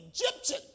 Egyptian